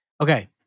Okay